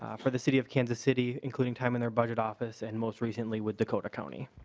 ah for the city of kansas city including time in their budget office and most recently with the collier county.